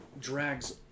drags